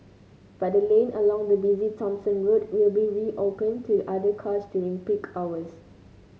but the lane along the busy Thomson Road will be reopened to other cars during peak hours